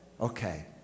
okay